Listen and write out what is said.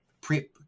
pre-